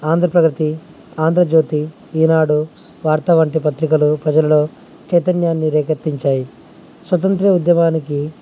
ఆంధ్రప్రగతి ఆంధ్రజ్యోతి ఈనాడు వార్త వంటి పత్రికలు ప్రజలలో చైతన్యాన్ని రేకెత్తించాయి స్వతంత్ర ఉద్యమానికి